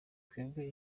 twebwe